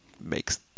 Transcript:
makes